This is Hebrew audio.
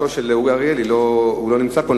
אורי אריאל לא נמצא פה,